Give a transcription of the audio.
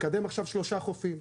מקדם עכשיו שלושה חופים.